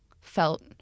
felt